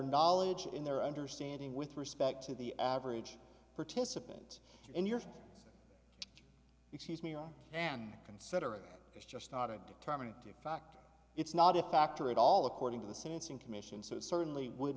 knowledge in their understanding with respect to the average participant in yours excuse me are and considerate is just not a determining factor it's not a factor at all according to the sentencing commission so it certainly would